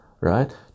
right